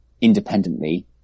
independently